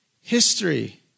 history